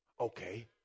Okay